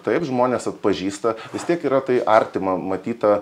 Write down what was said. taip žmonės atpažįsta vis tiek yra tai artima matyta